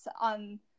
on